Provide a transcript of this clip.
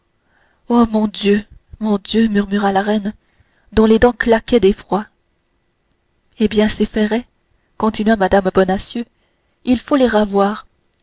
oh mon dieu mon dieu murmura la reine dont les dents claquaient d'effroi eh bien ces ferrets continua mme bonacieux il faut les ravoir